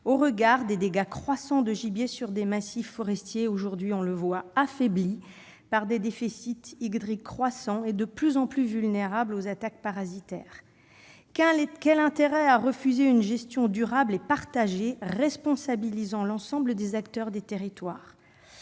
au regard des dégâts croissants de gibier sur des massifs forestiers affaiblis- on le voit aujourd'hui -par des déficits croissants et de plus en plus vulnérables aux attaques parasitaires. Quel est l'intérêt de refuser une gestion durable et partagée, responsabilisant l'ensemble des acteurs des territoires ?